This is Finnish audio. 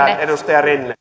edustaja rinne